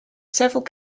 several